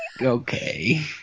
okay